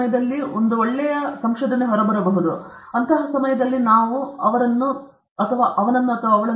ಯಾರಾದರೂ ಹತ್ತು ವರ್ಷಗಳಿಗೂ ಹೆಚ್ಚು ಕಾಲ ಕೆಲಸ ಮಾಡಿದ್ದಾಗ ಅಥವಾ ಪರಿಸರದಲ್ಲಿ ವಾಸವಾಗಿದ್ದಾಗ ಅವನು ಅಥವಾ ಅವಳು ಪರಿಚಿತತೆಯಿಂದ ಕಡಿಮೆ ಕುತೂಹಲದಿಂದ ಕೂಡಿರುತ್ತಾನೆ